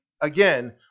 again